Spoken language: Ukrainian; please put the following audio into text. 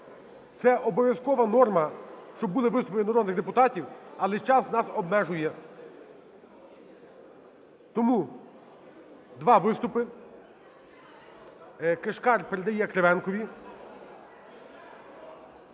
Це обов'язкова норма, щоб були виступи від народних депутатів, але час нас обмежує. Тому два виступи, Кишкар передає Кривенкові.